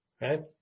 right